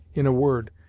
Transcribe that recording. in a word,